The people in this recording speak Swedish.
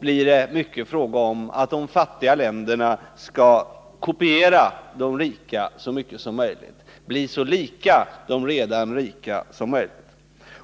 blir det i stor utsträckning fråga om att de fattiga länderna skall kopiera de rika så mycket som möjligt, bli så lika de redan rika som möjligt.